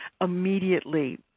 immediately